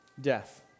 death